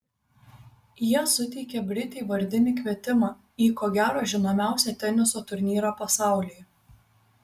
jie suteikė britei vardinį kvietimą į ko gero žinomiausią teniso turnyrą pasaulyje